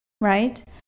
right